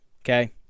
Okay